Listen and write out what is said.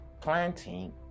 planting